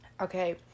Okay